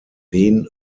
wen